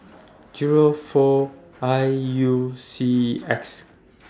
Zero four I U C X